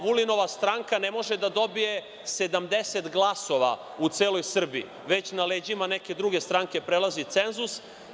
Vulinova stranka ne može da dobije 70 glasova u celoj Srbiji, već na leđima neke druge stranke prelazi cenzus.